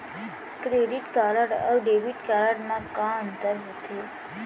Credit card अऊ debit card मा का अंतर होथे?